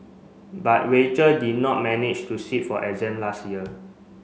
but Rachel did not manage to sit for exam last year